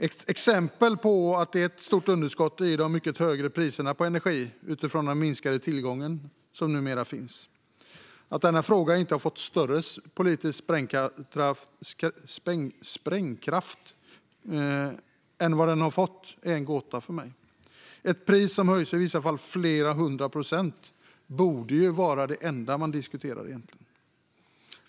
Ett resultat av det stora underskottet är de mycket högre priserna på energi utifrån den numera minskade tillgången. Att denna fråga inte har fått större politisk sprängkraft än den fått är en gåta för mig. Ett pris som i vissa fall höjts med flera hundra procent borde egentligen vara det enda man diskuterar.